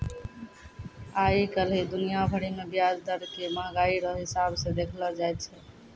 आइ काल्हि दुनिया भरि मे ब्याज दर के मंहगाइ रो हिसाब से देखलो जाय छै